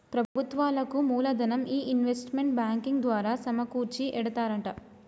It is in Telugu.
ప్రభుత్వాలకు మూలదనం ఈ ఇన్వెస్ట్మెంట్ బ్యాంకింగ్ ద్వారా సమకూర్చి ఎడతారట